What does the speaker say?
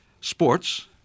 sports